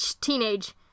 Teenage